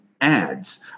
ads